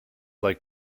like